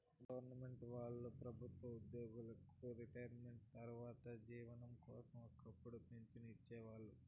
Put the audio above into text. government వాళ్ళు ప్రభుత్వ ఉద్యోగులకి రిటైర్మెంటు తర్వాత జీవనం కోసం ఒక్కపుడు పింఛన్లు ఇచ్చేవాళ్ళు